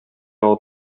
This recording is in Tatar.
алып